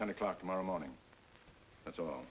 ten o'clock tomorrow morning that's all